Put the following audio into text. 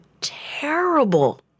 terrible